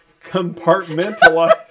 compartmentalize